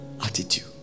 attitude